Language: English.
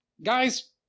Guys